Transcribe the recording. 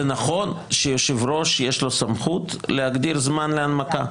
זה נכון שליושב-ראש יש סמכות להגדיר זמן להנמקה.